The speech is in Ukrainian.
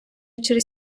через